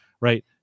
Right